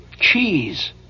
cheese